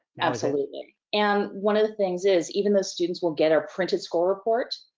absolutely, and one of the things is, even the students will get a printed score report,